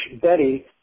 Betty